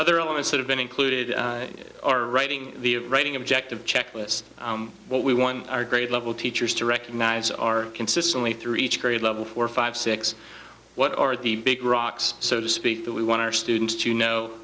other elements that have been included are writing the writing objective checklist what we won our grade level teachers to recognize are consistently through each grade level four five six what are the big rocks so to speak that we want to didn't you know